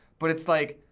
but it's like,